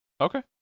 okay